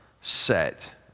set